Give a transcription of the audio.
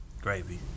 gravy